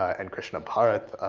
and krishna bharat,